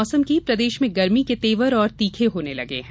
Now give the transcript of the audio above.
मौसम प्रदेश में गरमी के तेवर और तीखे होने लगे हैं